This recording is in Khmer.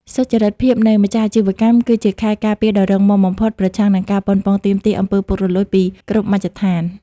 សុច្ចរិតភាពនៃម្ចាស់អាជីវកម្ម គឺជាខែលការពារដ៏រឹងមាំបំផុតប្រឆាំងនឹងការប៉ុនប៉ងទាមទារ អំពើពុករលួយ ពីគ្រប់មជ្ឈដ្ឋាន។